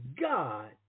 God